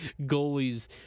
goalies